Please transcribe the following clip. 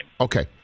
Okay